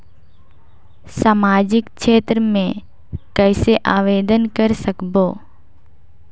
समाजिक क्षेत्र मे कइसे आवेदन कर सकबो?